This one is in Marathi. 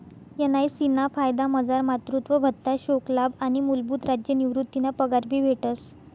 एन.आय.सी ना फायदामझार मातृत्व भत्ता, शोकलाभ आणि मूलभूत राज्य निवृतीना पगार भी भेटस